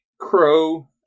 crow